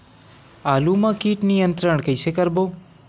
आलू मा कीट नियंत्रण कइसे करबो?